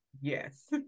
yes